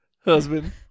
husband